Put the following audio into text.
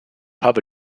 pub